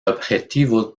objetivo